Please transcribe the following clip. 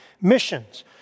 missions